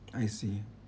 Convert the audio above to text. I see